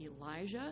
Elijah